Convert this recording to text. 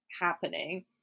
happening